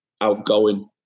outgoing